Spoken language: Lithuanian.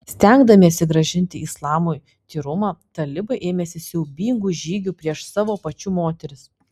stengdamiesi grąžinti islamui tyrumą talibai ėmėsi siaubingų žygių prieš savo pačių moteris